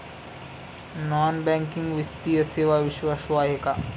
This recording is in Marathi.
नॉन बँकिंग वित्तीय सेवा विश्वासू आहेत का?